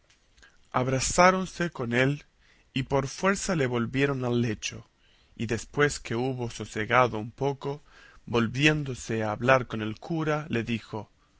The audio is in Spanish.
abrazáronse con él y por fuerza le volvieron al lecho y después que hubo sosegado un poco volviéndose a hablar con el cura le dijo